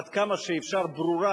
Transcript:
עד כמה שאפשר ברורה,